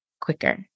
quicker